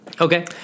Okay